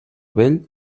vell